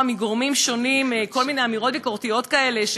מגורמים שונים כל מיני אמירות ביקורתיות כאלה,